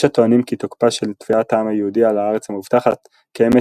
יש הטוענים כי תוקפה של תביעת העם היהודי על "הארץ המובטחת" קיימת